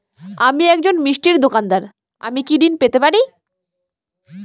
আমি একজন মিষ্টির দোকাদার আমি কি ঋণ পেতে পারি?